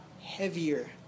heavier